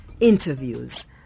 interviews